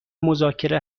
مذاکره